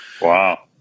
wow